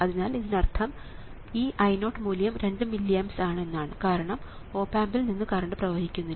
അതിനാൽ ഇതിനർത്ഥം ഈ I0 മൂല്യം 2 മില്ലി ആംപ്സ് ആണ് എന്നാണ് കാരണം ഓപ് ആമ്പിൽ നിന്ന് കറണ്ട് പ്രവഹിക്കുന്നില്ല